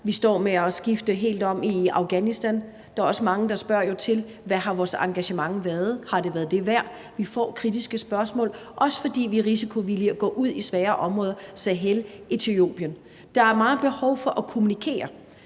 Vi står med at skifte helt om i Afghanistan, og der er jo også mange, der spørger til, hvad vores engagement har været, og om det har været det værd. Vi får kritiske spørgsmål, også fordi vi er risikovillige og går ud i svære områder som Sahel og Etiopien. Der er meget behov for at kommunikere,